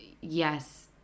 yes